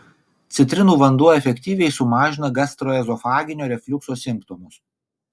citrinų vanduo efektyviai sumažina gastroezofaginio refliukso simptomus